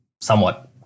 Somewhat